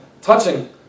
touching